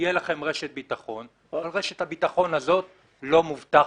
תהיה לכם רשת ביטחון" אבל רשת הביטחון הזה לא מובטחת.